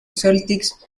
celtics